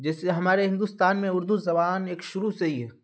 جیسے ہمارے ہندوستان میں اردو زبان ایک شروع سے ہی ہے